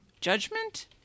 judgment